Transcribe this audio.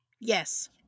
Yes